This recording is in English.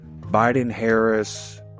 Biden-Harris